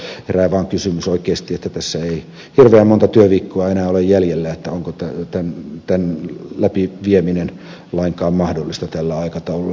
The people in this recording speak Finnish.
herää vain kysymys että tässä ei hirveän monta työviikkoa enää ole jäljellä että onko tämän läpivieminen lainkaan mahdollista tällä aikataululla